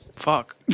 Fuck